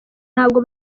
ntabwo